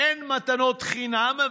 אין מתנות חינם.